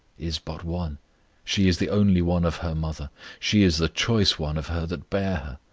is but one she is the only one of her mother she is the choice one of her that bare